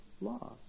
laws